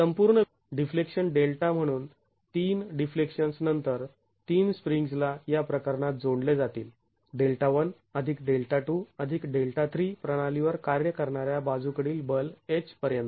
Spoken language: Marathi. संपूर्ण डिफ्लेक्शन Δ म्हणून ३ डिफ्लेक्शन्स् नंतर ३ स्प्रिंग्ज् ला या प्रकरणात जोडले जातील Δ 1 Δ 2 Δ 3 प्रणालीवर कार्य करणाऱ्या बाजू कडील बल H पर्यंत